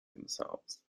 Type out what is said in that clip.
themselves